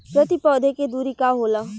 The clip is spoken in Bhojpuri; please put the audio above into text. प्रति पौधे के दूरी का होला?